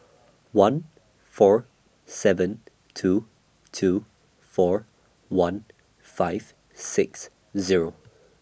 one four seven two two four one five six Zero